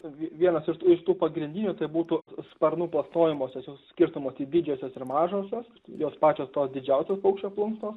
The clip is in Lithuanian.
tai vienas iš tų iš tų pagrindinių tai būtų sparnų plasnojamosios jos skirstomos į didžiosios ir mažosios jos pačios tos didžiausios paukščio plunksnos